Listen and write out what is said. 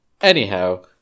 Anyhow